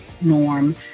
norm